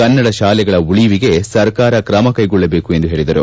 ಕನ್ನಡ ಶಾಲೆಗಳ ಉಳಿವಿಗೆ ಸರ್ಕಾರ ಕ್ರಮ ಕೈಗೊಳ್ಳಬೇಕು ಎಂದು ಹೇಳಿದರು